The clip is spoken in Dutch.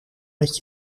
met